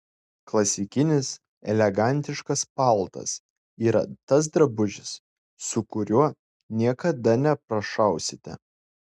klasikinis elegantiškas paltas yra tas drabužis su kuriuo niekada neprašausite